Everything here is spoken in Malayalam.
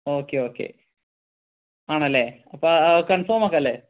ഓക്കെ ഓക്കെ ആണല്ലേ അപ്പോൾ കൺഫോം ആക്കാം അല്ലേ